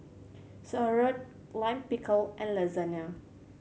Sauerkraut Lime Pickle and Lasagna